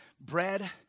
Bread